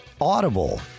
audible